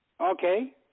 Okay